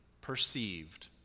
perceived